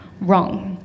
Wrong